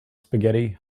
spaghetti